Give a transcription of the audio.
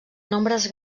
nombres